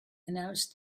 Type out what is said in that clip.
announced